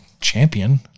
champion